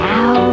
Now